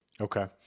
Okay